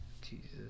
Jesus